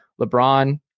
LeBron